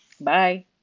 Bye